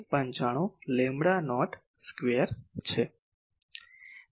95 lambda naught square છે